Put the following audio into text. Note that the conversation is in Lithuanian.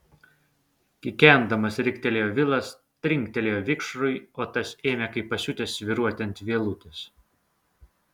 kikendamas riktelėjo vilas trinktelėjo vikšrui o tas ėmė kaip pasiutęs svyruoti ant vielutės